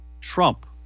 Trump